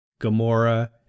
Gamora